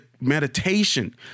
meditation